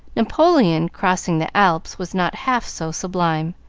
napoleon crossing the alps was not half so sublime,